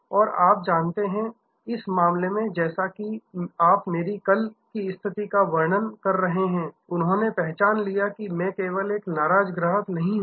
और आप जानते हैं इस मामले में जैसा कि आप मेरी कल की स्थिति का वर्णन कर रहे हैं उन्होंने पहचान लिया कि मैं केवल एक नाराज ग्राहक नहीं हूं